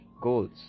goals